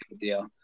deal